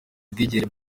ubwigenge